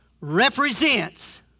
represents